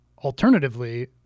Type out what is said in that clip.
Alternatively